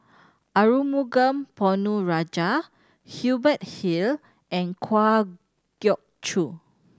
Arumugam Ponnu Rajah Hubert Hill and Kwa Geok Choo